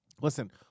Listen